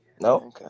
No